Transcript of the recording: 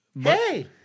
Hey